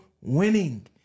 winning